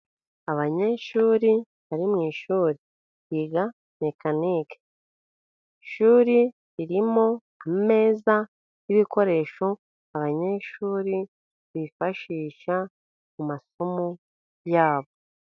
Abanyeshuri bari mu ishuri, biga mekanike. Ishuri ririmo ameza n'ibikoresho abanyeshuri bifashisha, mu masomo yabo.